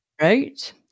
Right